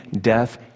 death